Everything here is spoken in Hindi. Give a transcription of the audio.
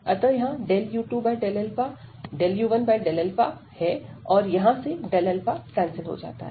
अतः यहां u2 u1 है और यहां से कैंसिल हो जाता है